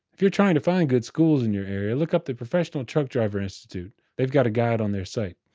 if you're trying to find good schools in your area, look up the professional truck driver institute they've got a guide on their site.